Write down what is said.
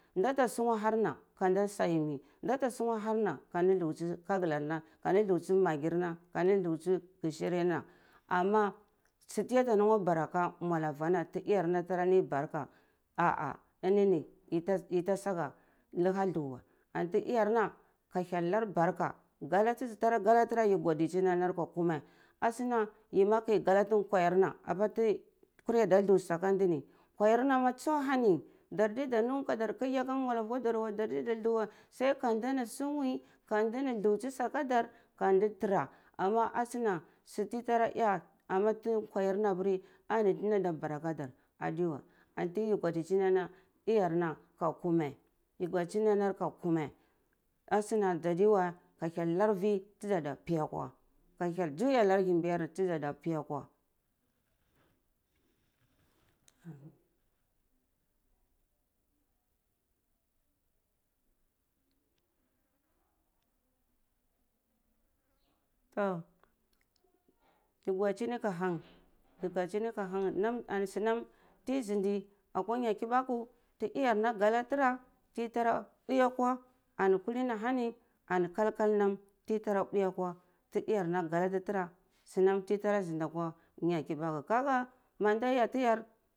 Nda ta sungu are har na kanda sa'a yumi nda ta sungu are har na ka lutsi kagalar na kadi luhtsi maggi na kadi luhsi gishirin na amma su tiya ta mwar bara aka mwalar vwarna ti iyar na tara nei barka ah ah ini ni yi ta saga laha tulu wa antu iyar na ka hyel nar barka gala ti zi tara gala tira yi gudichini anar ka kume ashuna yi ma keh gala nwayir na ka apa tiyeh kwura yada tulu saka ndeh ni kwayir nama tsu ahani ndar deh da nugu ka kigheh aka mwalar vwa dar weh dar deh da thlu weh sai ka ndini sungwi ka ndini thlusi su aka dar ka ndi thara amma asuna suti tara eh an tu nkwayir na apiri ani ini ada bara aka dar adewe anti yi ghudichini ana iyar na ka kume yi ghudichni anan ka kume asuna dzadi weh ka hyel nar vitiza ta piyakwa ka hyel joya nar yimbiyar ti zata piyakwa. Toh yi ghudichini ka hang yi ghudichini ka hang nam ani sunan nam tryi zindi akwa nyar kibaku ti iyar na tara gala tara ti tara mbwi akwa ani kuli ah hani kal kal nan tiyi tara mbwi akwa ti iyar na tar gala tara sunam tiyi tara zundi akwa nya kibaku kah ga aka ma nda yah tiyar.